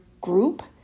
group